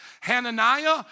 Hananiah